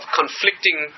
conflicting